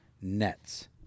Nets